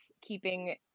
keeping